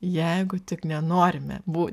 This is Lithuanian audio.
jeigu tik nenorime bū